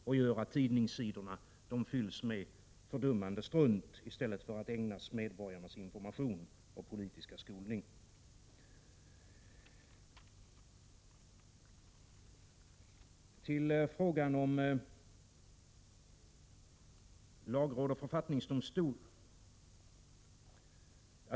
Det gör att tidningssidorna fylls med fördummande strunt i stället för att ägnas åt medborgarnas information och politiska skolning. Så till frågan om lagråd och författningsdomstol.